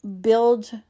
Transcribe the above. build